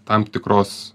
tam tikros